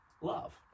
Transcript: love